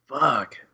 Fuck